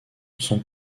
sont